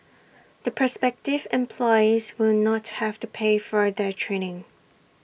the prospective employees will not have to pay for their training